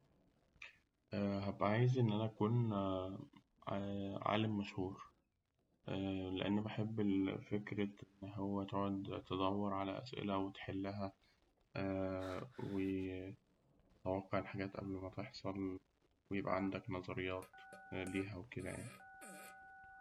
هأبقى عايز إن أنا أكون عالم مشهور لأن بحب فكرة إن هو تدور على الأسئلة وتحلها، ويبقى وتتوقع الحاجات قبل ما تحصل ويبقى عندك نظريات ليها وكده يعني.